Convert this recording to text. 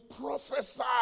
prophesy